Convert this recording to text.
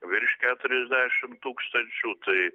virš keturiasdešimt tūkstančių tai